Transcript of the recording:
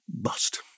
bust